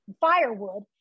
firewood